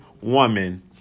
woman